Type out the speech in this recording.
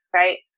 right